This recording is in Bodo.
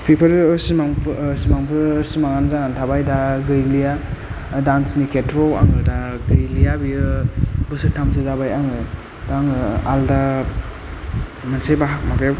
बेफोरो सिमां सिमांफोर सिमाङानो जानानै थाबाय दा गैलिया डान्सनि खेत्र'आव आङो दा गैलिया बेयो बोसोरथामसो जाबाय आङो दा आङो आलादा मोनसे बाहा माबायाव